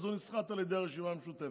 אז הוא נסחט על ידי הרשימה המשותפת.